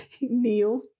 neil